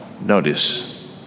Notice